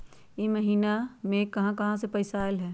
इह महिनमा मे कहा कहा से पैसा आईल ह?